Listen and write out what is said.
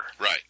Right